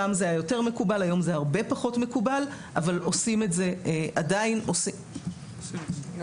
פעם זה היה יותר מקובל והיום זה הרבה פחות מקובל אבל עדיין עושים את זה.